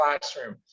classroom